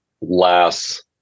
less